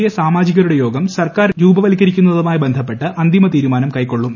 A സാമാജികരുടെ യോഗം സർക്കാർ രൂപവൽക്കരിക്കുന്നതുമായി ബന്ധപ്പെട്ട് അന്തിമ തീരുമാനം കൈക്കൊള്ളും